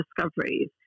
discoveries